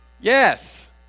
Yes